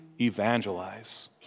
evangelize